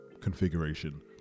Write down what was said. configuration